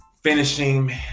finishing